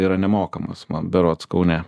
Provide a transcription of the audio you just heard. yra nemokamas man berods kaune